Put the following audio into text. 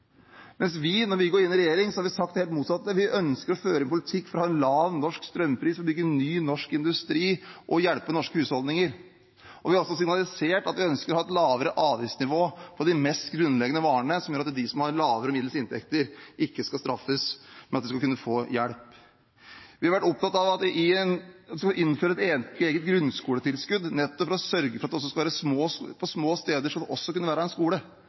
mens vi, når vi går inn i regjering, har sagt det helt motsatte: Vi ønsker å føre en politikk for å ha en lav norsk strømpris, bygge ny norsk industri og hjelpe norske husholdninger. Vi har også signalisert at vi ønsker å ha et lavere avgiftsnivå på de mest grunnleggende varene, som gjør at de som har lavere og middels inntekter, ikke skal straffes, men få hjelp. Vi har vært opptatt av å innføre et eget grunnskoletilskudd for nettopp å sørge for at det også på små steder skal kunne være en skole, og at de grunnleggende offentlige tjenestene skal være nær der man bor, uansett om en bor på et lite sted eller et stort sted – en